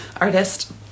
artist